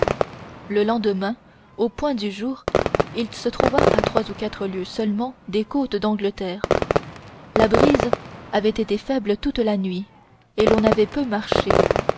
le lendemain au point du jour il se trouva à trois ou quatre lieues seulement des côtes d'angleterre la brise avait été faible toute la nuit et l'on avait peu marché